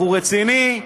בחור רציני,